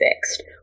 fixed